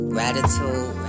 Gratitude